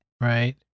Right